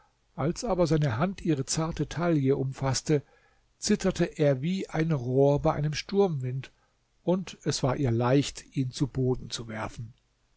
als aber seine hand ihre zarte taille umfaßte zitterte er wie ein rohr bei einem sturmwind und es war ihr leicht ihn zu boden zu werfen